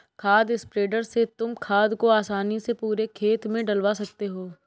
खाद स्प्रेडर से तुम खाद को आसानी से पूरे खेत में डलवा सकते हो